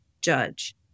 judge